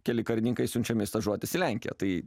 keli karininkai siunčiami stažuotis į lenkiją tai